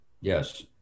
Yes